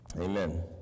Amen